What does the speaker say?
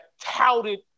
touted